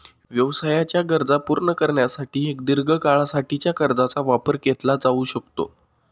व्यवसायाच्या गरजा पूर्ण करण्यासाठी एक दीर्घ काळा साठीच्या कर्जाचा वापर केला घेतला जाऊ शकतो